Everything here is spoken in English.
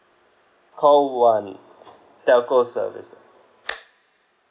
call one telco services